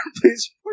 Please